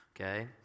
okay